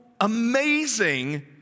amazing